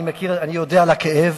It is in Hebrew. אני יודע על הכאב